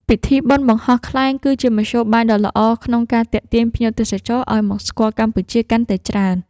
ពិធីបុណ្យបង្ហោះខ្លែងគឺជាមធ្យោបាយដ៏ល្អក្នុងការទាក់ទាញភ្ញៀវទេសចរឱ្យមកស្គាល់កម្ពុជាកាន់តែច្រើន។